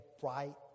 bright